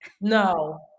No